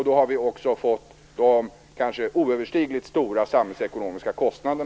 Då har vi kanske också fått oöverstigligt stora samhällsekonomiska kostnader.